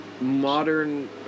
modern